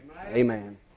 Amen